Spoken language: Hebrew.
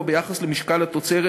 או ביחס למשקל התוצרת,